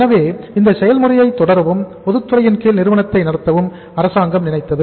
எனவே இந்த செயல்முறையை தொடரவும் பொதுத்துறையின் கீழ் நிறுவனத்தை நடத்தவும் அரசாங்கம் நினைத்தது